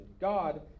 God